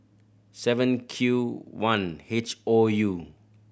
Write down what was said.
seven Q one H O U